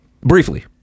briefly